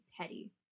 petty